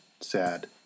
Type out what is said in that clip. sad